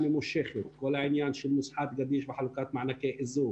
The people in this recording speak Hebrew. ידוע לכם ש-80% מהכנסות המגזר הערבי בנויות ממגורים ו-20% מעסקים,